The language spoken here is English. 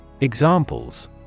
Examples